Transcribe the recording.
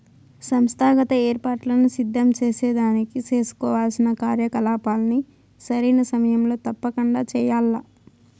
సంస్థాగత ఏర్పాట్లను సిద్ధం సేసేదానికి సేసుకోవాల్సిన కార్యకలాపాల్ని సరైన సమయంలో తప్పకండా చెయ్యాల్ల